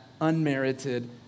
unmerited